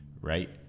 right